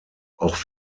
auch